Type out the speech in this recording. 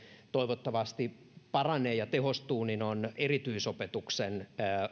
toivottavasti paranee ja tehostuu on erityisopetuksen